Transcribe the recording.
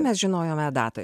mes žinojome datą